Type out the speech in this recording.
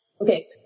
Okay